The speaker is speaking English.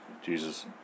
Jesus